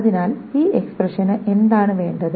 അതിനാൽ ഈ എക്സ്പ്രെഷനു എന്താണ് വേണ്ടത്